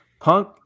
Punk